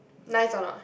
nice or not